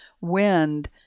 wind